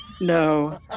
No